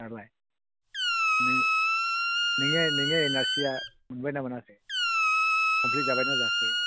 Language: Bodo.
दालाय नोंनि एन आर सि आ मोनबाय ना मोनाखै कमफ्लिट जाबाय ना जायाखै